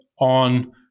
on